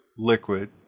liquid